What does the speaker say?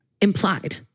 implied